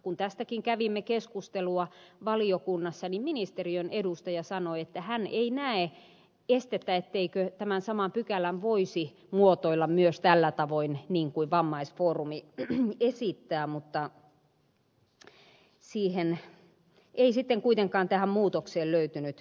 kun tästäkin kävimme keskustelua valiokunnassa niin ministeriön edustaja sanoi että hän ei näe estettä etteikö tämän saman pykälän voisi muotoilla myös tällä tavoin niin kuin vammaisfoorumi esittää mutta tähän muutokseen ei sitten kuitenkaan löytynyt riittävästi tahtoa